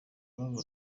babaye